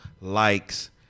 likes